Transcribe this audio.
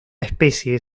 especie